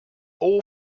all